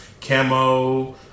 camo